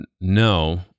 No